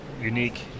unique